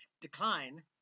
decline